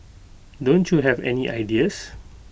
don't you have any ideas